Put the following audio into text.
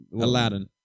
Aladdin